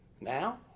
Now